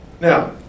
Now